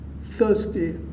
thirsty